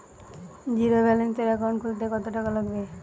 জিরোব্যেলেন্সের একাউন্ট খুলতে কত টাকা লাগবে?